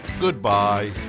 Goodbye